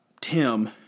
Tim